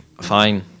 Fine